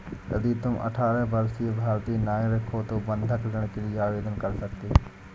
यदि तुम अठारह वर्षीय भारतीय नागरिक हो तो बंधक ऋण के लिए आवेदन कर सकते हो